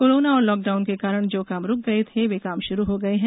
corona और lockdown के कारण जो काम रुक गए थे वे काम शुरू हो गये हैं